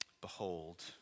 behold